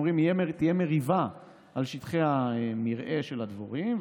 הם אומרים: תהיה מריבה על שטחי המרעה של הדבורים,